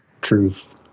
truth